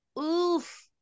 Oof